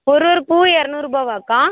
ஒரு ஒரு பூவும் இரநூறுபாவாக்கா